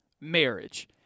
marriage